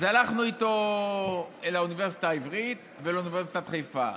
אז הלכנו איתו אל האוניברסיטה העברית ולאוניברסיטת חיפה,